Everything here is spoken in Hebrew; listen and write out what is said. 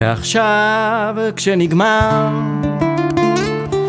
ועכשיו, כשנגמר...